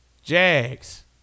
Jags